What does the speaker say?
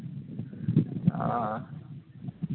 ᱚᱻ